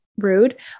rude